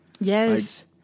Yes